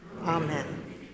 Amen